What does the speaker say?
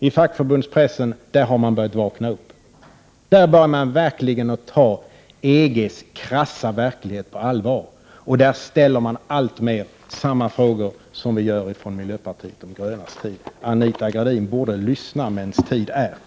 I fackförbundspressen har man börjat vakna. Där börjar man verkligen ta EG:s krassa verklighet på allvar, och där ställer man alltmer samma frågor som vi i miljöpartiet de gröna. Anita Gradin borde lyssna medan det är tid.